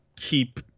keep